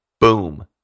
Boom